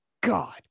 God